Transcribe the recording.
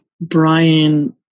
brian